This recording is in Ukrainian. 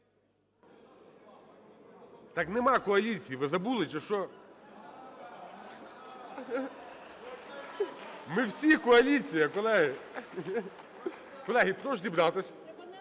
Так нема коаліції, ви забули чи що? Ми всі – коаліція, колеги. Колеги, прошу зібратися,